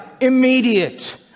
immediate